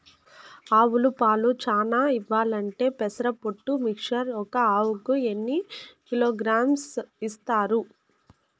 ఆవులు పాలు చానా ఇయ్యాలంటే పెసర పొట్టు మిక్చర్ ఒక ఆవుకు ఎన్ని కిలోగ్రామ్స్ ఇస్తారు?